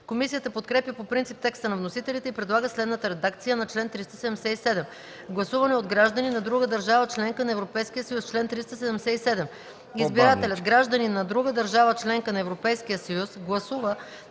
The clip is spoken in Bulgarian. Комисията подкрепя по принцип текста на вносителите и предлага следната редакция на чл. 377: „Гласуване от гражданин на друга държава – членка на Европейския съюз Чл. 377. Избирателят, гражданин на друга държава - членка на Европейския съюз, гласува,